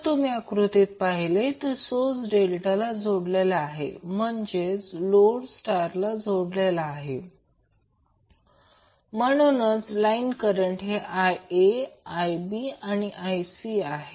तुम्ही जर आकृतीत पाहिले तर सोर्स डेल्टाला जोडलेला आहे म्हणजेच लोड स्टारला जोडलेला आहे म्हणूनच लाईन करंट हे Ia Ib आणि Ic आहे